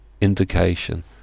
indication